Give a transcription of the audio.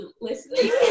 listening